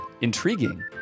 Intriguing